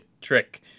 trick